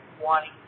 wanting